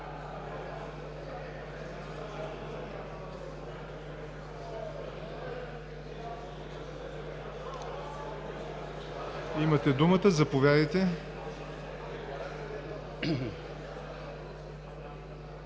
Имате думата, заповядайте.